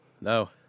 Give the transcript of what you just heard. no